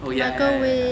oh ya ya ya